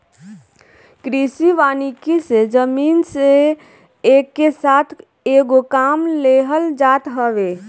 कृषि वानिकी से जमीन से एके साथ कएगो काम लेहल जात हवे